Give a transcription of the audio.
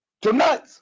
tonight